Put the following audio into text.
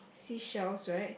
seashells right